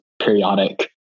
periodic